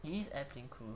it is airplane crew